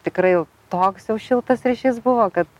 tikrai jau toks jau šiltas ryšys buvo kad